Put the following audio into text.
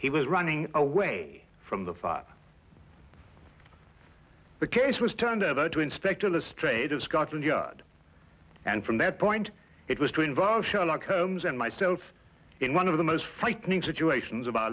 he was running away from the fire the case was turned over to inspect illustrated scotland yard and from that point it was to involve sherlock holmes and myself in one of the most frightening situations of our